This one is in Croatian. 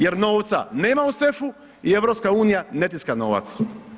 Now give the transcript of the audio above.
Jer novca nema u sefu i EU ne tiska novac.